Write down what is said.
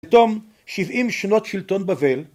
‫פתאום, 70 שנות שלטון בבל.